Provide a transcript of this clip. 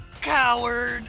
Coward